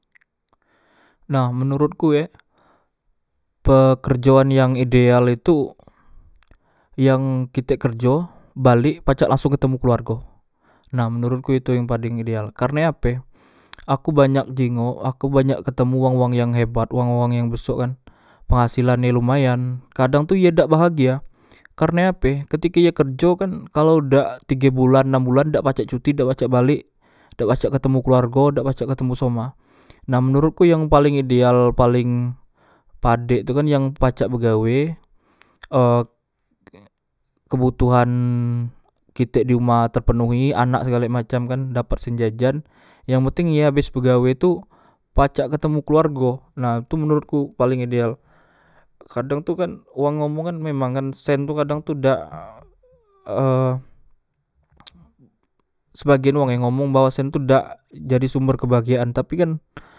Nah menorotku e pe kerjoan yang ideal itu yang kitek kerjo balek pacak langsong ketemu keluargo nah menorotku itu yang paleng ideal karne ape aku banyak jingok aku banyak ketemu wang wang yang hebat wang wang yang besok kan penghasilane lumayan kadang tu ye dak bahagia karne ape ketike ye kerjo kan kalao dak tige bulan nam bulan dak pacak cuti dak pacak balek dak pacak ketemu keluargo dak pacak ketemu soma nah menurutku yang paleng ideal paleng padek tu kan yang pacak begawe e kebutuhan kite di uma tepenuhi anak segale macam kan dapat sen jajan yang penteng ye abes begawe tu pacak ketemu keluargo nah itu menorotku yang paleng ideal kadang tu kan wang ngomong kan sen tu kadang tu dan e sebagian wang yang ngomong bahwa sen tu dak menjadi sumber kabahagiaan tapi kan